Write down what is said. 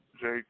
Jake